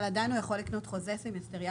אבל עדיין הוא יכול לקנות חוזה סמסטריאלי